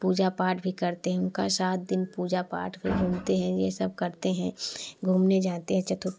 पूजा पाठ भी करते हैं उनका सात दिन पूजा पाठ पर घूमते हैं यह सब करते हैं घूमने जाते हैं